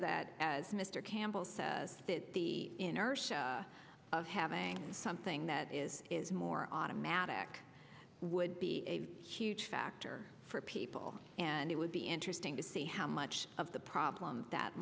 that as mr campbell says the inertia of having something that is is more automatic would be a huge factor for people and it would be interesting to see how much of the problem that